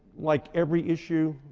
like every issue,